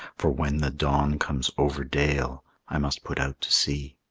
for when the dawn comes over dale i must put out to sea.